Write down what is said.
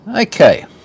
Okay